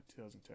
2010